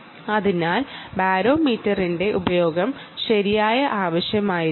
അതിനാൽ ബാരോമീറ്ററിന്റെ ഉപയോഗം ശരിയായി ആവശ്യമായിരിക്കാം